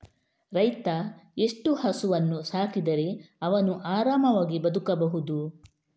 ರೈತ ಎಷ್ಟು ಹಸುವನ್ನು ಸಾಕಿದರೆ ಅವನು ಆರಾಮವಾಗಿ ಬದುಕಬಹುದು?